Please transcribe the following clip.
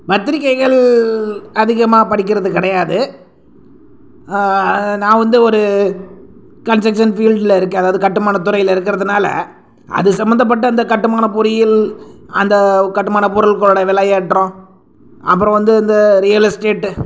பத்திரிகைகள் அதிகமாக படிக்கிறது கிடையாது நான் வந்து ஒரு கன்ஸ்ட்ரக்ஷன் ஃபீல்ட்ல இருக்கேன் அதாவது கட்டுமான துறையில இருக்கிறதுனால அது சம்மந்தப்பட்ட அந்த கட்டுமான பொறியியல் அந்த கட்டுமான பொருள்களோட விலை ஏற்றம் அப்புறம் வந்து இந்த ரியல் எஸ்டேட்டு